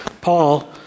Paul